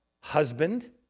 husband